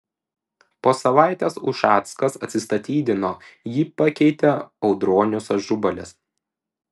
po savaitės ušackas atsistatydino jį pakeitė audronius ažubalis